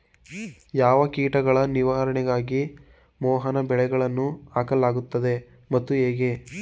ಯಾವ ಕೀಟಗಳ ನಿವಾರಣೆಗಾಗಿ ಮೋಹನ ಬಲೆಗಳನ್ನು ಹಾಕಲಾಗುತ್ತದೆ ಮತ್ತು ಹೇಗೆ?